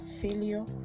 failure